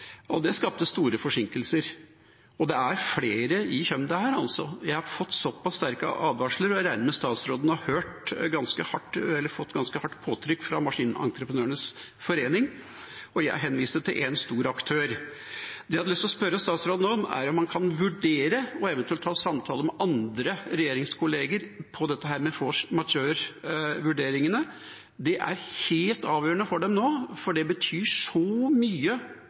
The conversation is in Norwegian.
og det skapte store forsinkelser. Det er flere i kjømda her. Jeg har fått så pass sterke advarsler, og jeg regner med at statsråden har fått ganske hardt påtrykk fra Maskinentreprenørenes Forbund. Jeg henviste til én stor aktør. Det jeg har lyst til å spørre statsråden om, er om han kan vurdere og eventuelt ta samtaler med andre regjeringskolleger om det med force majeure-vurderingene. Det er helt avgjørende for dem nå, for det betyr så mye